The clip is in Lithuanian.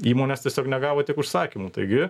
įmonės tiesiog negavo tiek užsakymų taigi